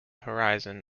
horizon